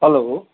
hello